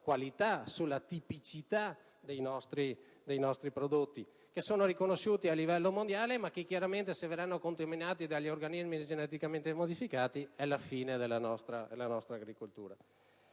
qualità e nella tipicità dei nostri prodotti, che sono riconosciuti a livello mondiale, ma, se verranno contaminati dagli organismi geneticamente modificati, sarà la fine della nostra agricoltura.